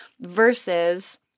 versus